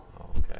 okay